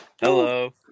Hello